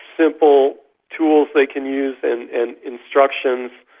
simple tools they can use and and instructions,